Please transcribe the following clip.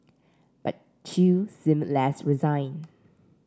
but Chew seemed less resigned